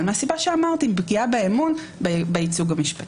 מהסיבה שאמרתי - פגיעה באמון בייצוג המשפטי.